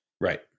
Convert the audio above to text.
right